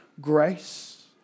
grace